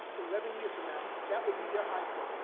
eleven years from now. that will be their high point.